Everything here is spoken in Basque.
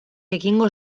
ekingo